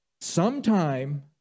sometime